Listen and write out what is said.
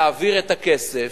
להעביר את הכסף.